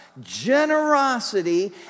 generosity